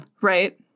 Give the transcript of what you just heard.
Right